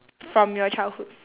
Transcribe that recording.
from your childhood